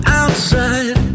outside